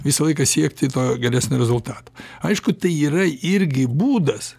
visą laiką siekti to geresnio rezultato aišku tai yra irgi būdas